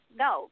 no